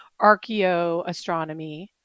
archaeoastronomy